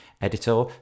editor